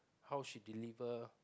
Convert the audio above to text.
how she deliver